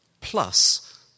plus